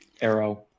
arrow